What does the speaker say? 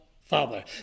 Father